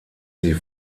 sie